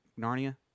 narnia